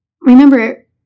Remember